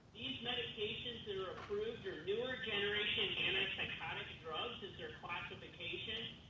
these medications that are approved are newer generation antipsychotic drugs are their classification,